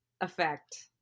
effect